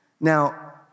Now